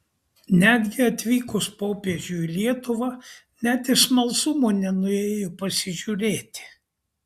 netgi atvykus popiežiui į lietuvą net iš smalsumo nenuėjo pasižiūrėti